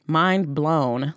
mind-blown